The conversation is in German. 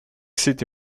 city